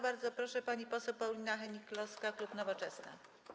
Bardzo proszę, pani poseł Paulina Hennig-Kloska, klub Nowoczesna.